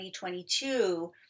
2022